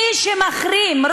מי שמחרים,